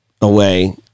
away